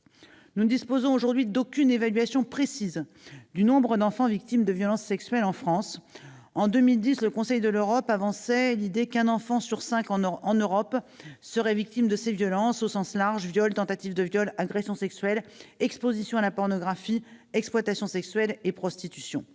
nous ne disposons d'aucune évaluation précise du nombre d'enfants victimes de violences sexuelles en France. En 2010, le Conseil de l'Europe avançait qu'un enfant sur cinq sur notre continent était victime de ces violences entendues au sens large : viols, tentatives de viol, agressions sexuelles, exposition à la pornographie, exploitation sexuelle et prostitution.